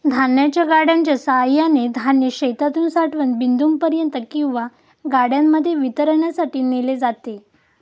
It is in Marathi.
धान्याच्या गाड्यांच्या सहाय्याने धान्य शेतातून साठवण बिंदूपर्यंत किंवा गाड्यांमध्ये वितरणासाठी नेले जाते